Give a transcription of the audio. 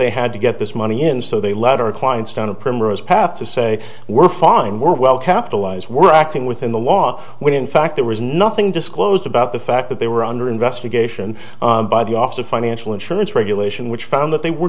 they had to get this money and so they let our clients down to primrose path to say we're fine we're well capitalized we're acting within the law when in fact there was nothing disclosed about the fact that they were under investigation by the office of financial insurance regulation which found that they were